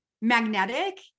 magnetic